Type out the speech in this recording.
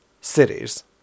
cities